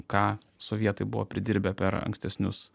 ką sovietai buvo pridirbę per ankstesnius